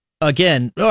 again